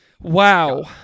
Wow